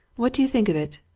what do you think of it?